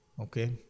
Okay